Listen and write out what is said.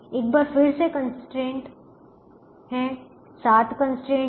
एक बार फिर से कंस्ट्रेंट हैं सात कंस्ट्रेंट हैं